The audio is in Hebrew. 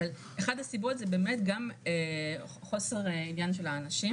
אבל אחת הסיבות זה באמת גם חוסר עניין של האנשים